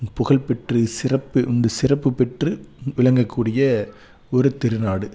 புகழ்பெற்று சிறப்பு இந்த சிறப்புப்பெற்று விளங்கக்கூடிய ஒரு திருநாடு